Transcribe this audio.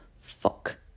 fuck